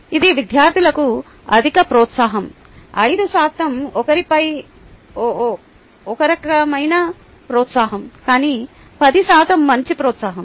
ఇది విద్యార్థులకు అధిక ప్రోత్సాహకం 5 శాతం ఒకరకమైన ప్రోత్సాహకం కానీ 10 శాతం మంచి ప్రోత్సాహకం